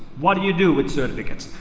what do you do with certificates?